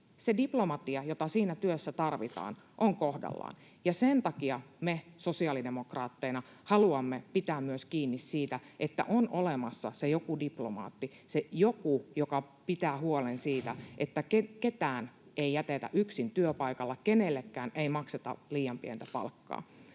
diplomatia, jota siinä työssä tarvitaan, on kohdallaan, ja sen takia me sosiaalidemokraatteina haluamme pitää myös kiinni siitä, että on olemassa se joku diplomaatti, se joku, joka pitää huolen siitä, että ketään ei jätetä yksin työpaikalla, kenellekään ei makseta liian pientä palkkaa.